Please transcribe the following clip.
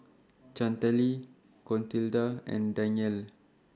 Chantelle Clotilda and Danyelle